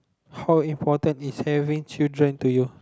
how important is having children to you